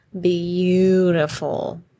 beautiful